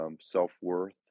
self-worth